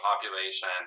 population